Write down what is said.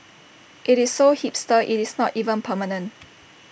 IT is so hipster IT is not even permanent